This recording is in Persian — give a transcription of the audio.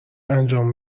انجام